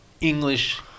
English